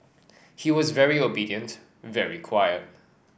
he was very obedient very quiet